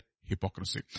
hypocrisy